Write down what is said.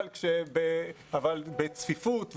אבל בצפיפות,